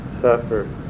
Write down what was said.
suffer